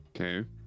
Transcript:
Okay